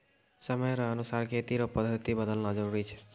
समय रो अनुसार खेती रो पद्धति बदलना जरुरी छै